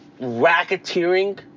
racketeering